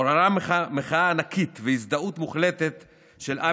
עוררו מחאה ענקית והזדהות מוחלטת של עם